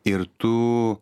ir tu